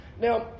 now